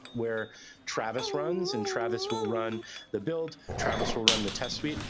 where travis runs. and travis will run the build. travis will run the test suite.